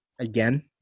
again